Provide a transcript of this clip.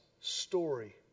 story